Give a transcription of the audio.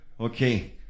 Okay